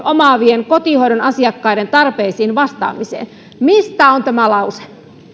omaavien kotihoidon asiakkaiden tarpeisiin vastaamiseen mistä on tämä lause